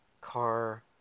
car